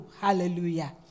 Hallelujah